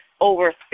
over